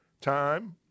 time